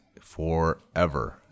forever